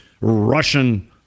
Russian